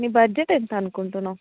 మీ budget ఎంత అనుకుంటున్నావు